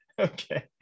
Okay